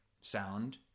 sound